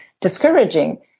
discouraging